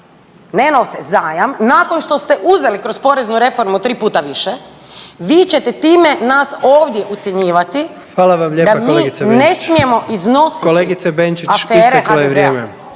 ne novce, zajam, nakon što ste uzeli kroz poreznu reformu 3 puta više, vi ćete time nas ovdje ucjenjivati da mi …/Upadica: Hvala